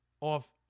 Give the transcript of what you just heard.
off